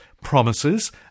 promises